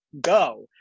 go